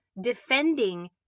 defending